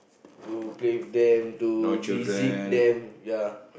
to play with them to visit them ya